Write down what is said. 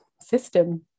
system